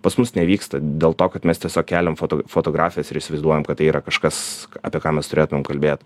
pas mus nevyksta dėl to kad mes tiesiog keliam foto fotografijas ir įsivaizduojam kad tai yra kažkas apie ką mes turėtumėm kalbėt